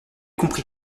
compris